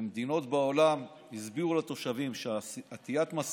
במדינות בעולם הסבירו לתושבים על עטיית מסכות,